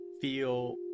feel